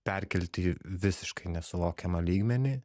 perkelti į visiškai nesuvokiamą lygmenį